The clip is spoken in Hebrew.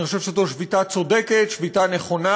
אני חושב שזאת שביתה צודקת, שביתה נכונה.